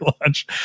lunch